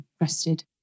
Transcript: rested